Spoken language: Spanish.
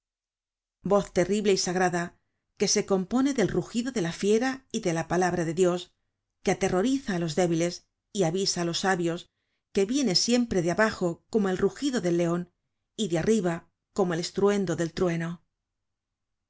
voz terrible y sagrada que se compone del rugido de la fiera y de la palabra de dios que aterroriza á los débiles y avisa á los sabios que viene siempre de abajo como el rugido del leon y de arriba como p estruendo del trueno